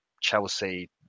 Chelsea